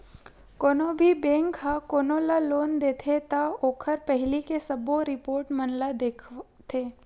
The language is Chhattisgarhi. कोनो भी बेंक ह कोनो ल लोन देथे त ओखर पहिली के सबो रिपोट मन ल देखथे